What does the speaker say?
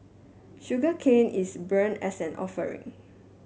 sugarcane is burnt as an offering